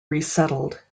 resettled